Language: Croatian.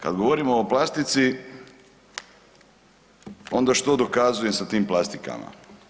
Kad govorimo o plastici, onda što dokazujem sa tim plastikama?